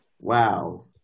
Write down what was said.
Wow